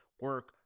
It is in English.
Work